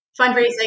fundraising